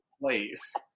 place